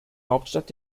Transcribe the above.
hauptstadt